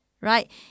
right